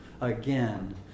again